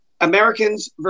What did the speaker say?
Americans